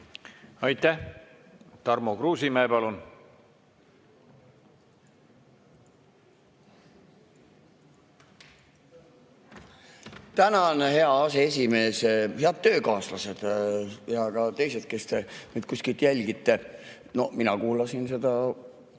Aitäh! Tarmo Kruusimäe, palun! Tänan, hea aseesimees! Head töökaaslased ja ka teised, kes te mind kuskilt jälgite! Mina kuulasin seda